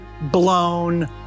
blown